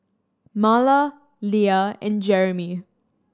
Marla Lea and Jeremie